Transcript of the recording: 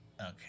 okay